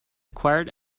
acquired